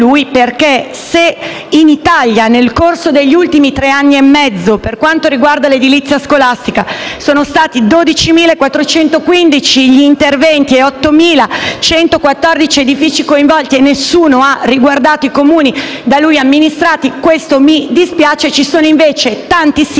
perché in Italia, nel corso degli ultimi tre anni e mezzo, per quanto riguarda l'edilizia scolastica, sono stati 12.415 gli interventi e 8.114 gli edifici coinvolti e se nessuno di questi interventi ha riguardato i Comuni da lui amministrati mi dispiace. Ci sono invece tanti sindaci,